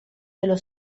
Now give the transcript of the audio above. dello